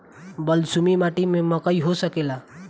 बलसूमी माटी में मकई हो सकेला?